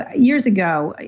ah years ago.